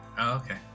okay